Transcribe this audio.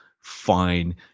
fine